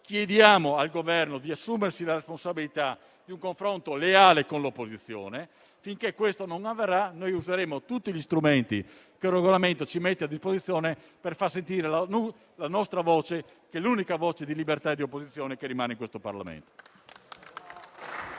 Chiediamo al Governo di assumersi la responsabilità di un confronto leale con l'opposizione. Finché questo non avverrà, noi useremo tutti gli strumenti che il Regolamento ci mette a disposizione per far sentire la nostra voce, che è l'unica voce di libertà e di opposizione che rimane in questo Parlamento.